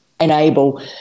enable